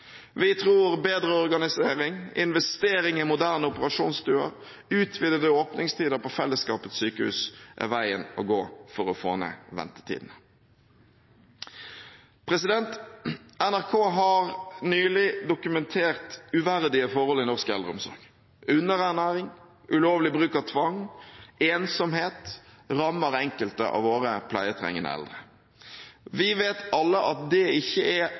Vi tror bedre organisering, investering i moderne operasjonsstuer og utvidede åpningstider på fellesskapets sykehus er veien å gå for å få ned ventetiden. NRK har nylig dokumentert uverdige forhold i norsk eldreomsorg. Underernæring, ulovlig bruk av tvang samt ensomhet rammer enkelte av våre pleietrengende eldre. Vi vet alle at det ikke er